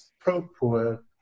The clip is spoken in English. pro-poor